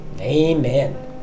Amen